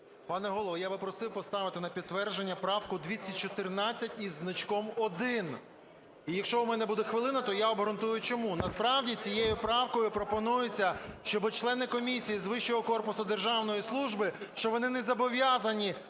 Пане Голово, я би просив поставити на підтвердження правку 214 із значком 1. І якщо у мене буде хвилина, то я обґрунтую, чому. Насправді цією правкою пропонується, щоб члени комісії з вищого корпусу державної служби, що вони не зобов'язані